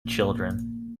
children